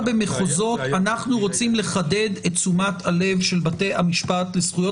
במחוזות של: אנחנו רוצים לחדד את תשומת הלב של בתי המשפט לזכויות